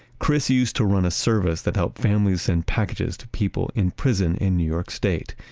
chris used to run a service that helped families send packages to people in prison in new york state.